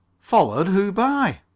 followed? who by?